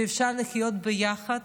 שאפשר לחיות ביחד